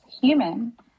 human